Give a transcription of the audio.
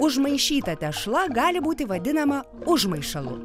užmaišyta tešla gali būti vadinama užmaišalu